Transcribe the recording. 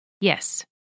Yes